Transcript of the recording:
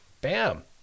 Bam